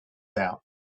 out